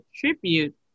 tribute